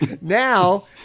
now